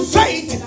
faith